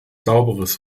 sauberes